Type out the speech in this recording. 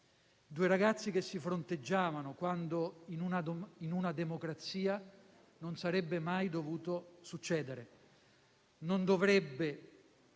due ragazzi che si fronteggiavano quando in una democrazia non sarebbe mai dovuto succedere.